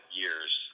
years